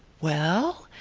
well?